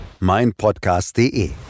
meinpodcast.de